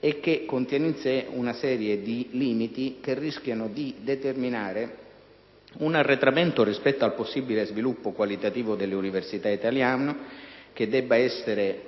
e che contiene in sé una serie di limiti che rischiano di determinare un arretramento rispetto al possibile sviluppo qualitativo delle università italiane quale